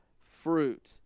fruit